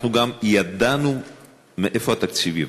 אנחנו גם ידענו מאיפה התקציב יבוא.